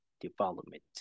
development